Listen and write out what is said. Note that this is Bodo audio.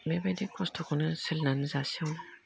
बेबायदि खस्थखौनो सोलिनानै जासेयावनो